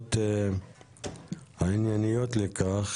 הסיבות הענייניות לכך,